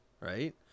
right